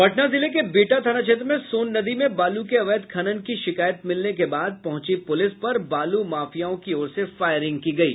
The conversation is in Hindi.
पटना जिले के बिहटा थाना क्षेत्र में सोन नदी में बालू के अवैध खनन की शिकायत मिलने के बाद पहुंची पुलिस पर बालू माफियाओं की ओर से फायरिंग की गयी